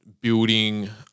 building